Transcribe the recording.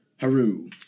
Haru